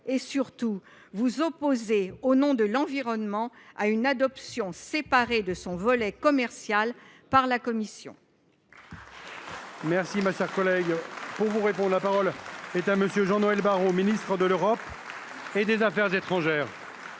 ? Surtout, refuserez vous, au nom de l’environnement, une adoption séparée de son volet commercial par la Commission